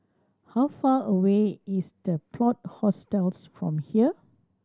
how far away is The Plot Hostels from here